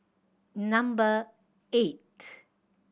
number eight